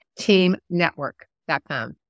Teamnetwork.com